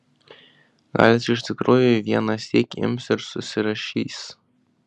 gal jis iš tikrųjų vienąsyk ims ir susirašys